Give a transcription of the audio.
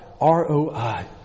R-O-I